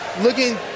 looking